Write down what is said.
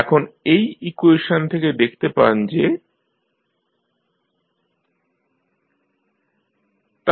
এখন এই ইকুয়েশন থেকে দেখতে পান যে didt1Let 1Lec RLi